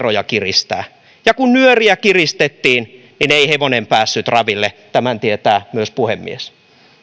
veroja kiristää ja kun nyöriä kiristettiin niin ei hevonen päässyt raville tämän tietää myös puhemies